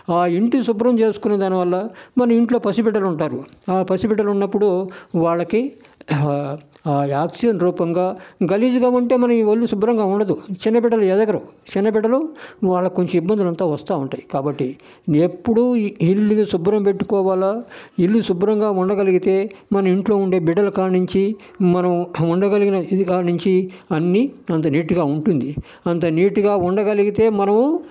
ఆ ఇంటిని శుభ్రం చేసుకునే దానివల్ల మన ఇంట్లో పసిబిడ్డలు ఉంటారు ఆ పసిబిడ్డలు ఉన్నప్పుడు వాళ్లకి ఆక్సిజన్ రూపంగా గలీజ్గా ఉంటే మన వాళ్లు శుభ్రంగా ఉండదు చిన్న బిడ్డలు ఎదగరు చిన్న బిడ్డలు వాళ్లకి కొంచెం ఇబ్బందులు అంతా వస్తూ ఉంటయి కాబట్టి ఎప్పుడు ఇల్లుని శుభ్రం పెట్టుకోవాలా ఇల్లు శుభ్రంగా ఉండగలిగితే మన ఇంట్లో ఉండే బిడ్డల కానుంచి మనం ఉండగలిగిన ఇది కానించి అన్నీ అంతా నీట్గా ఉంటుంది అంత నీట్గా ఉండగలిగితే మనము